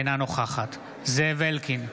אינה נוכחת זאב אלקין,